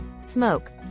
Smoke